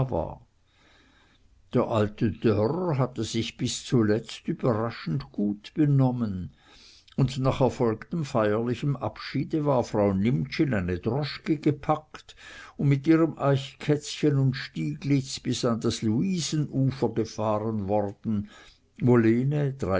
der alte dörr hatte sich bis zuletzt überraschend gut benommen und nach erfolgtem feierlichen abschiede war frau nimptsch in eine droschke gepackt und mit ihrem eichkätzchen und stieglitz bis an das luisen ufer gefahren worden